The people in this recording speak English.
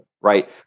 right